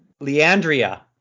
Leandria